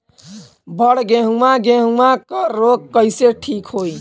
बड गेहूँवा गेहूँवा क रोग कईसे ठीक होई?